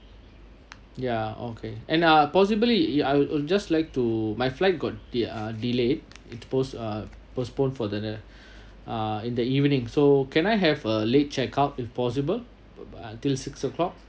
ya okay and uh possibly it I'll I'll just like to my flight got de~ delayed it post uh postpone for the uh in the evening so can I have a late checkout if possible by until six o'clock